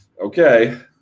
Okay